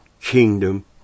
kingdom